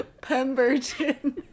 Pemberton